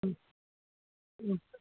ಹ್ಞೂ ಹ್ಞೂ